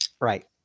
Right